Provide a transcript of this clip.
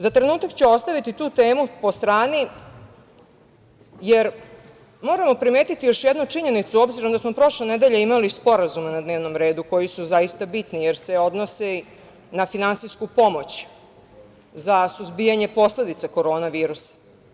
Za trenutak ću ostaviti tu temu po strani jer moram primetiti još jednu činjenicu, obzirom da smo prošle nedelje imali sporazume na dnevnom redu, koji su bitni jer se odnose na finansijsku pomoć za suzbijanje posledica korona virusa.